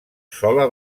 sola